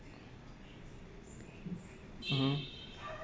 mmhmm